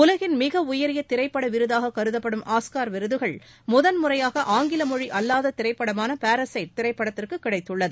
உலகின் மிக உயரிய திரைப்பட விருதாக கருதப்படும் ஆஸ்கர் விருதுகள் முதன்முறையாக ஆங்கில மொழி அல்லாத திரைப்படமான பாரசைட் திரைப்படத்திற்கு கிடைத்துள்ளது